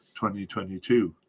2022